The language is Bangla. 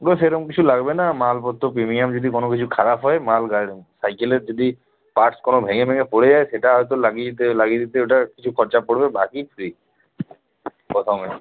ওগুলো সেরম কিছু লাগবে না মালপত্র প্রিমিয়াম যদি কোনো কিছু খারাপ হয় মাল সাইকেলের যদি পার্টস কোনো ভেঙে ফেঙে পড়ে যায় সেটা হয়তো লাগিয়ে দিতে লাগিয়ে দিতে ওটা কিচু খরচা পড়বে বাকি ফ্রি প্রথমেই